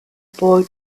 boy